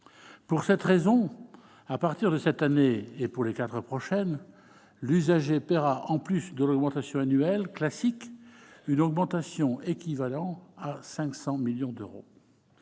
Pour cette raison, à partir de cette année et pour les quatre prochaines années, l'usager paiera, en plus de l'augmentation annuelle classique, une augmentation dont le produit équivaudra à 500 millions d'euros.